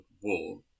War